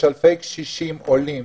יש אלפי קשישים עולים